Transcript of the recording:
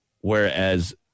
whereas